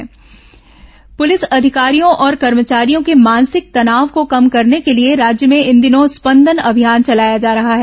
स्पंदन अभियान प्रलिस अधिकारियों और कर्मचारियों के मानसिक तनाव को कम करने के लिए राज्य में इन दिनों स्पंदन अभियान चलाया जा रहा है